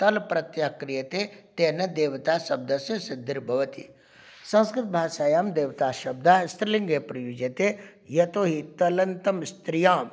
तल्प्रत्ययः क्रियते तेन देवता शब्दस्य सिद्धिर्भवति संस्कृतभाषायां देवताशब्दः स्त्रीलिङ्गे प्रयुज्यते यतो हि तलन्तं स्त्रियाम् इति